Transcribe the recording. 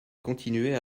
continuait